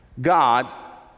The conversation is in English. God